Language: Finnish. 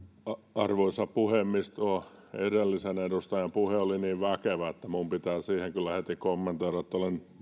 arvoisa puhemies tuo edellisen edustajan puhe oli niin väkevä että minun pitää sitä kyllä heti kommentoida olen